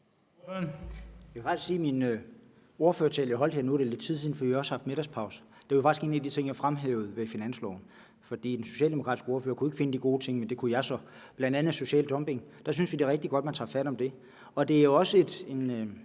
den ordførertale, jeg holdt – nu er det lidt tid siden, for vi har også haft middagspause – var det faktisk en af de ting, jeg fremhævede ved finanslovsforslaget. For den socialdemokratiske ordfører kunne ikke finde de gode ting, men det kunne jeg så, bl.a. med hensyn til social dumping. Vi synes, det er rigtig godt, at man tager fat om det. Udbredelsen af det